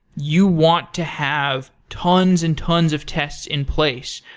you want to have tons and tons of tests in place,